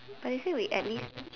but they say we at least